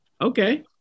Okay